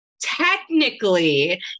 technically